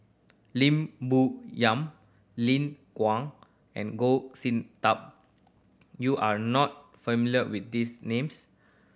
Lim Bo Yam Lin Guang and Goh Sin Tub you are not familiar with these names